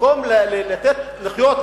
ובמקום לתת לחיות,